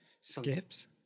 skips